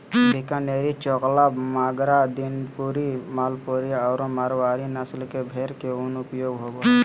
बीकानेरी, चोकला, मागरा, दानपुरी, मालपुरी आरो मारवाड़ी नस्ल के भेड़ के उन उपयोग होबा हइ